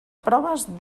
proves